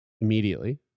immediately